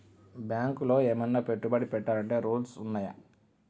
బ్యాంకులో ఏమన్నా పెట్టుబడి పెట్టాలంటే రూల్స్ ఉన్నయా?